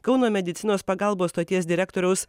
kauno medicinos pagalbos stoties direktoriaus